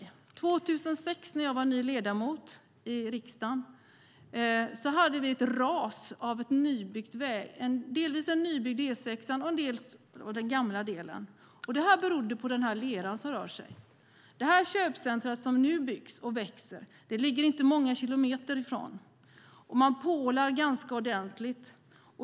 År 2006, när jag var ny ledamot i riksdagen, rasade en del av den nya E6:an och en del av den gamla. Det berodde på att den här leran rörde sig. Det köpcentrum som nu byggs och växer ligger inte många kilometer därifrån. Man pålar ganska ordentligt.